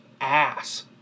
ass